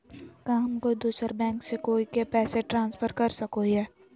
का हम कोई दूसर बैंक से कोई के पैसे ट्रांसफर कर सको हियै?